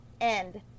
End